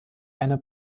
einer